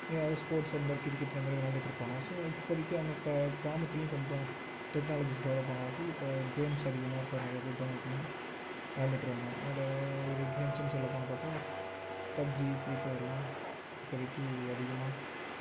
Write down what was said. ஏதாவுது ஸ்போட்ஸ் அந்த மாதிரி கிரிக்கெட் இந்த மாதிரி விளாண்டுட்ருப்பானுவோ ஸோ இப்போதிக்கி அவங்க இப்போ கிராமத்துலையும் கொஞ்சம் டெக்னாலஜிஸ் டெவலப் ஆன வாசி இப்போ கேம்ஸ் அதிகமாக இப்போ நிறைய பேர் டௌன்லோட் பண்ணி விளாண்டுட்டு இருக்காங்க அதில் ஒரு கேம்ஸுன்னு சொல்ல போன பார்த்தா பப்ஜி ஃப்ரீ ஃபையர்லாம் இப்போதிக்கி அதிகமாக